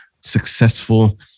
Successful